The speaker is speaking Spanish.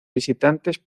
visitantes